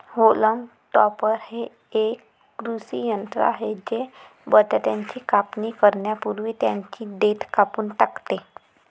haulm topper हे एक कृषी यंत्र आहे जे बटाट्याची कापणी करण्यापूर्वी त्यांची देठ कापून टाकते